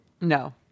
No